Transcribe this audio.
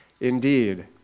Indeed